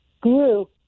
grew